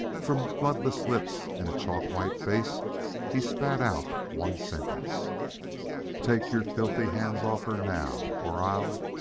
from bloodless lips in a chalk-white face he spat out one sentence take your filthy hands off her now or i'll